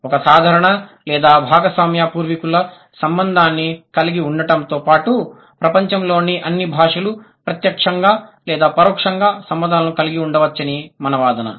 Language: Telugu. ఒక సాధారణ లేదా భాగస్వామ్య పూర్వీకుల సంబంధాన్ని కలిగి ఉండటంతో పాటు ప్రపంచంలోని అన్ని భాషలు ప్రత్యక్షంగా లేదా పరోక్షంగా సంబంధాలను కలిగి ఉండవచ్చని మన వాదన